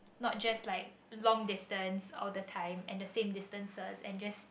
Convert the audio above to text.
not just like long distance all the time and the same distances and just